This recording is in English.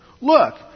Look